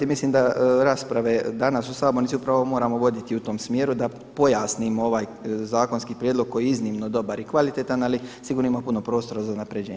I mislim da rasprave danas u sabornici upravo moramo voditi u tom smjeru da pojasnimo ovaj zakonski prijedlog koji je iznimno dobar i kvalitetan ali sigurno ima puno prostora za unapređenje.